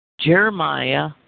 Jeremiah